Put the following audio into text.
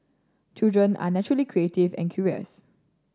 children are naturally creative and curious